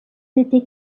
été